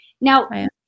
now